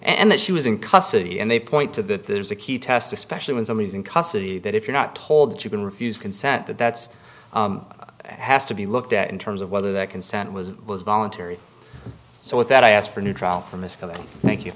was in custody and they point to that there's a key test especially when someone is in custody that if you're not told that you can refuse consent that that's has to be looked at in terms of whether that consent was was voluntary so with that i asked for a new trial from this coming thank you